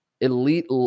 Elite